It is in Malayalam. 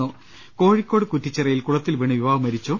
് കോഴിക്കോട് കുറ്റിച്ചിറയിൽ കുളത്തിൽ വീണ് യുവാവ് മരിച്ചു